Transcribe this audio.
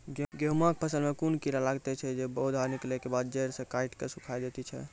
गेहूँमक फसल मे कून कीड़ा लागतै ऐछि जे पौधा निकलै केबाद जैर सऽ काटि कऽ सूखे दैति छै?